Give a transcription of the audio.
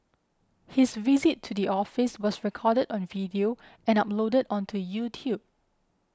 his visit to the office was recorded on video and uploaded onto YouTube